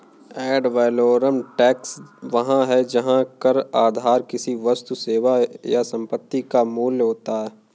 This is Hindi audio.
एड वैलोरम टैक्स वह है जहां कर आधार किसी वस्तु, सेवा या संपत्ति का मूल्य होता है